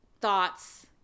thoughts